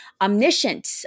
omniscient